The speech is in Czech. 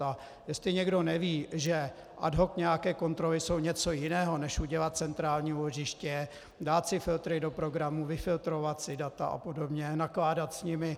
A jestli někdo neví, že ad hoc nějaké kontroly jsou něco jiného než udělat centrální úložiště, dát si filtry do programu, vyfiltrovat si data a podobně, nakládat s nimi.